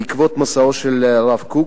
בעקבות מסעו של הרב קוק.